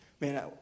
Man